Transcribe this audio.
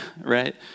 right